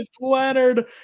Leonard